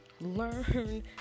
learn